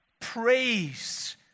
praise